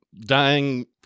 dying